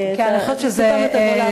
סתם את הגולל,